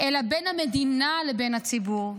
אלא בין המדינה לבין הציבור.